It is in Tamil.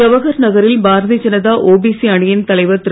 ஜவஹர் நகரில் பாரதிய ஜனதா ஓபிசி அணியின் தலைவர் திரு